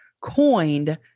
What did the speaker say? coined